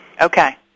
Okay